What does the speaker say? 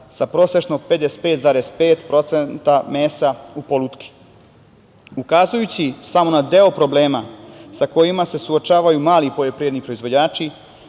sa prosečno 55,5% procenta mesa u polutki. Ukazujući samo na deo problema sa kojima se suočavaju mali poljoprivredni proizvođači,